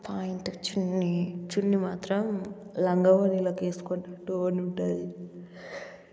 pant చున్నీ చున్నీ మాత్రం లంగా వోణీలోకి వేస్కొని